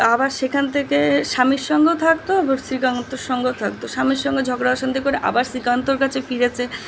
আবার সেখান থেকে স্বামীর সঙ্গেও থাকতো আবার শ্রীকান্তর সঙ্গেও থাকতো স্বামীর সঙ্গে ঝগড়া অশান্তি করে আবার শ্রীকান্তর কাছে ফিরেছে